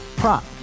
prop